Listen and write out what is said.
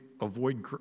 avoid